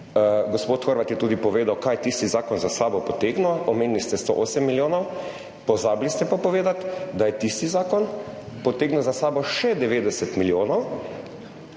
Gospod Horvat je tudi povedal, kaj je tisti zakon za sabo potegnil, omenili ste 108 milijonov, pozabili ste pa povedati, da je tisti zakon potegnil za sabo še 90 milijonov.